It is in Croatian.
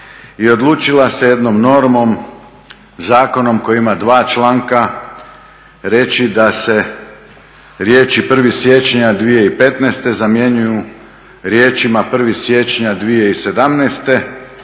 i odlučila se jednom normom, zakonom koji ima dva članka reći da se riječi 1. siječnja 2015. zamjenjuju riječima 1. siječnja 2017.